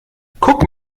guck